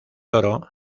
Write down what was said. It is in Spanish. toro